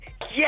Yes